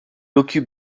occupe